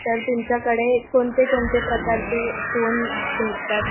तर तुमच्याकडे कोणते कोणते प्रकारचे फोन भेटतात